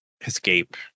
escape